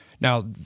Now